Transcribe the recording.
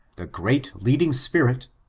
the great leading spirit,